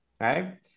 right